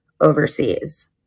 overseas